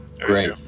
Great